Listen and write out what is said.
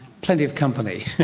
plenty of company.